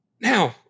Now